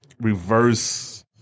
reverse